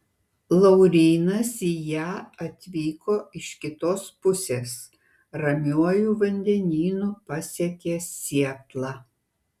laurynas į ją atvyko iš kitos pusės ramiuoju vandenynu pasiekė sietlą